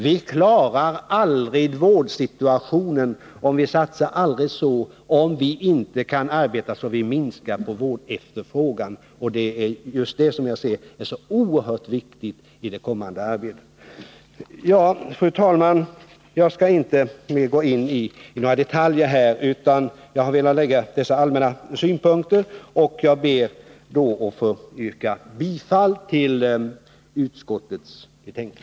Vi klarar aldrig vårdsituationen, hur mycket vi än satsar, om vi inte kan arbeta så att vi minskar vårdefterfrågan. Det är just detta som är så oerhört viktigt i det kommande arbetet. Fru talman! Jag skall inte nu gå in på några detaljer, utan jag har velat anföra dessa allmänna synpunkter. Jag ber att få yrka bifall till utskottets hemställan.